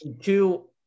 Two